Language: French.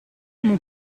mon